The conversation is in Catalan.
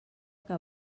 que